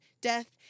death